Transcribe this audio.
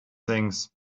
things